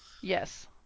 Yes